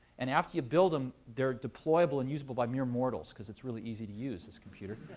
and after you build them, they're deployable and usable by mere mortals, because it's really easy to use, this computer.